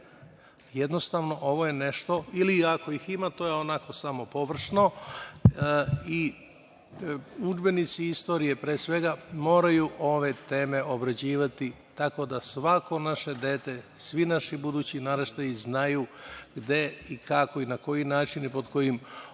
nema ili je to, ako ih ima, onako samo površno i udžbenici istorije, pre svega, moraju ove teme obrađivati, tako da svako naše dete, svi naši budući naraštaji znaju gde, kako i na koji način i pod kojim